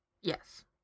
Yes